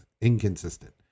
inconsistent